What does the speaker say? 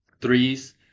threes